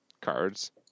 cards